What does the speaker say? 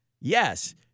Yes